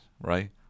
right